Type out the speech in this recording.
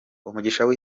umushinga